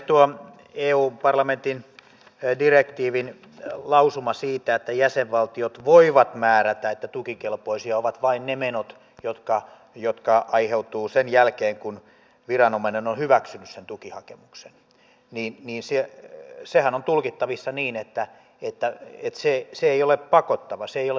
tuo eu parlamentin direktiivin lausuma siitä että jäsenvaltiot voivat määrätä että tukikelpoisia ovat vain ne menot jotka aiheutuvat sen jälkeen kun viranomainen on hyväksynyt sen tukihakemuksen on tulkittavissa niin että se ei ole pakottava se ei ole sitova